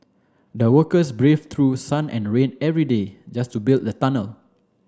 the workers braved through sun and rain every day just to build the tunnel